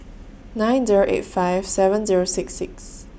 nine Zero eight five seven Zero six six